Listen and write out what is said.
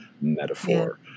metaphor